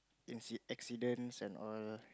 inci~ accidents and all